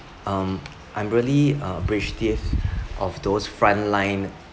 um I'm really appreciative of those front line